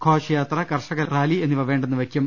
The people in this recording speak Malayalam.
ഘോഷയാത്ര കർഷക റാലി എന്നിവ വേണ്ടെന്ന് വയ്ക്കും